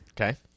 okay